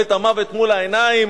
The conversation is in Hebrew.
אתה רואה את המוות מול העיניים.